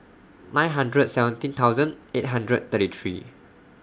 nine hundred seventeen thousand eight hundred thirty three